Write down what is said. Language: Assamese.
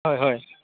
হয় হয়